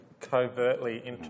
covertly